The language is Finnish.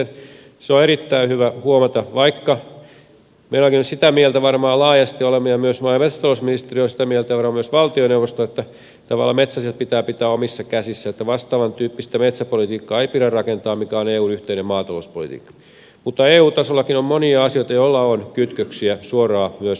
se on erittäin hyvä huomata vaikka me sitä mieltä varmaan laajasti olemme ja myös maa ja metsätalousministeriö on sitä mieltä ja varmaan myös valtioneuvosto että tavallaan metsäasiat pitää pitää omissa käsissä että vastaavantyyppistä metsäpolitiikkaa ei pidä rakentaa kuin mikä on eun yhteinen maatalouspolitiikka että eu tasollakin on monia asioita joilla on kytköksiä suoraan myös metsäasioihin